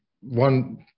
one